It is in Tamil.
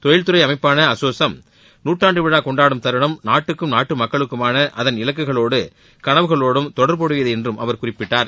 தொழில்துறை அமைப்பான அசோசெம் நூற்றாண்டு விழா கொண்டாடும் தருணம் நாட்டுக்கும் நாட்டு மக்களுக்குமான அதன் இலக்குகளோடும் கனவுகளோடும் தொடர்புடையது என்று அவர் குறிப்பிட்டார்